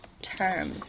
term